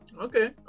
Okay